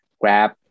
grab